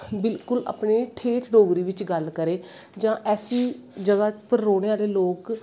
बिल्कुल ओह् ठेठ डोगरी च गल्ल करे जां ऐसी जगा दे रौह्नें आह्ले लोग